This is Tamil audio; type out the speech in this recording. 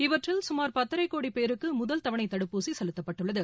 இவற்றில் சுமார் பத்தரை கோடி பேருக்கு முதல் தவணை தடுப்பூசி செலுத்தப்பட்டுள்ளது